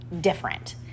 different